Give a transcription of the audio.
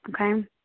Okay